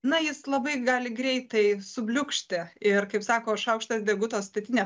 na jis labai gali greitai subliūkšti ir kaip sako šaukštas deguto statinę